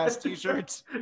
t-shirts